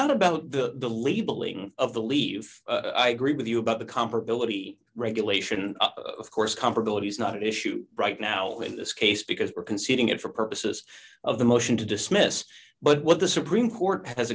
not about the labeling of the leave i agree with you about the comparability regulation of course comparability is not an issue right now in this case because you're conceding it for purposes of the motion to dismiss but what the supreme court has